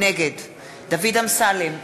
נגד דוד אמסלם,